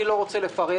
אני לא רוצה לפרט.